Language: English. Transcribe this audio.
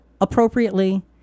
appropriately